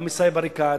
גם מסאיב עריקאת,